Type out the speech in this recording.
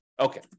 Okay